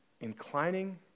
inclining